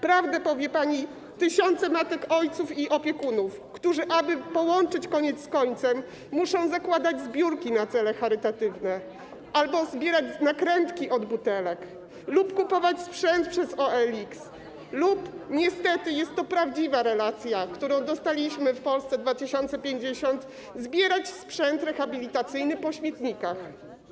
Prawdę powiedzą pani tysiące matek, ojców i opiekunów, którzy aby związać koniec z końcem, muszą zakładać zbiórki na cele charytatywne albo zbierać nakrętki od butelek lub kupować sprzęt przez OLX, lub niestety, jest to prawdziwa relacja, którą dostaliśmy w Polsce 2050, zbierać sprzęt rehabilitacyjny po śmietnikach.